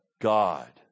God